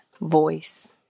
voice